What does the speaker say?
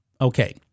okay